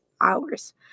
hours